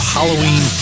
Halloween